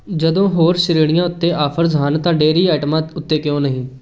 ਜਦੋਂ ਹੋਰ ਸ਼੍ਰੇਣੀਆਂ ਉੱਤੇ ਆਫ਼ਰਜ਼ ਹਨ ਤਾਂ ਡੇਅਰੀ ਆਈਟਮਾਂ ਉੱਤੇ ਕਿਉਂ ਨਹੀਂ